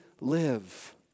live